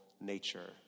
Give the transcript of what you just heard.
nature